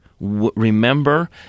remember